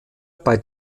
bei